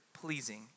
pleasing